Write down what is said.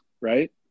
right